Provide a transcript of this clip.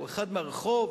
הוא אחד מהרחוב,